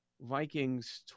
Vikings